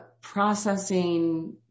processing